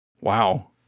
wow